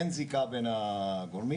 אין זיקה בין הגורמים.